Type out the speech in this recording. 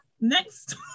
Next